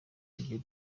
iryo